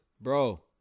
bro